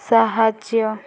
ସାହାଯ୍ୟ